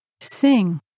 Sing